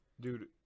dude